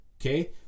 Okay